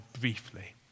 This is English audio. briefly